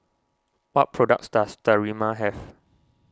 what products does Sterimar have